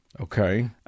Okay